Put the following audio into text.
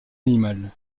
animales